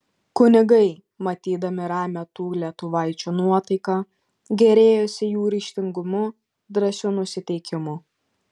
kunigai matydami ramią tų lietuvaičių nuotaiką gėrėjosi jų ryžtingumu drąsiu nusiteikimu